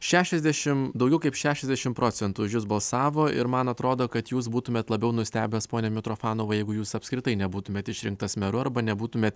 šešiasdešimt daugiau kaip šešiasdešimt procentų už jus balsavo ir man atrodo kad jūs būtumėt labiau nustebęs pone mitrofanovai jeigu jūs apskritai nebūtumėt išrinktas meru arba nebūtumėt